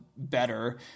better